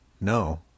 No